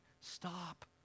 stop